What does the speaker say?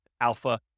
alpha